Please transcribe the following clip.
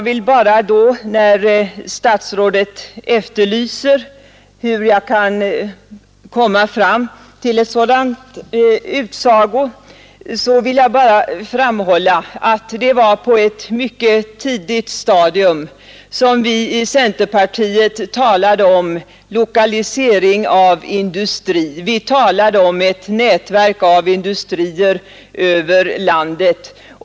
Eftersom statsrådet efterlyser bakgrunden till denna utsago vill jag bara framhålla att det var på ett mycket tidigt stadium som vi i centerpartiet talade om t.ex. lokalisering av industri. Vi talade om ett nätverk av industrier över landet.